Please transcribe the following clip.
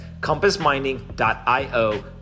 compassmining.io